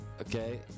Okay